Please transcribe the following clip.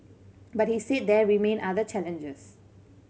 but he said there remain other challenges